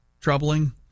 troubling